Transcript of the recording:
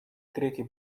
трети